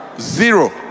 zero